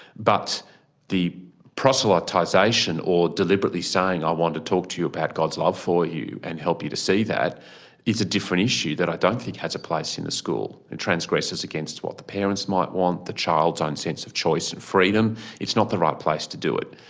but the proselytisation or deliberately saying, i want to talk to you about god's love for you and help you to see that is a different issue that i don't think has a place in a school. it transgresses against what the parents might want, the child's own sense of choice and freedom, it's not the right place to do it.